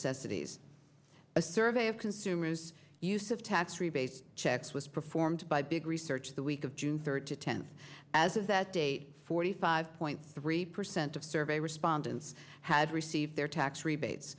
cities a survey of consumers use of tax rebate checks was performed by big research the week of june third to tenth as is that date forty five point three percent of survey respondents had received their tax rebates